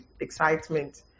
excitement